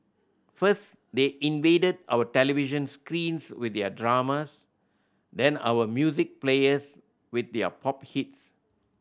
first they invaded our television screens with their dramas then our music players with their pop hits